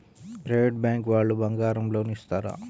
Private bank వాళ్ళు బంగారం loan ఇస్తారా?